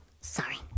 Sorry